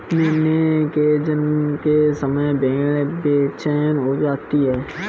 मेमने के जन्म के समय भेड़ें बेचैन हो जाती हैं